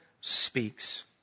speaks